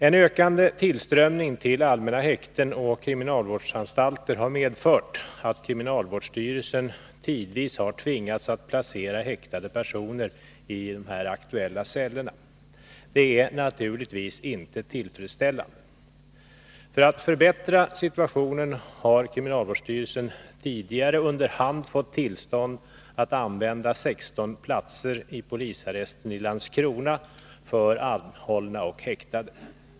En ökande tillströmning både till allmänna häkten och till kriminalvårdsanstalter har medfört att kriminalvårdsstyrelsen tidvis tvingats att placera häktade personer i de aktuella cellerna. Detta är naturligtvis inte tillfredsställande. För att förbättra situationen har kriminalvårdsstyrelsen tidigare under hand fått tillstånd att använda 16 platser i polisarresten i Landskrona för anhållna och häktade.